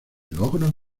logros